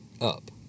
up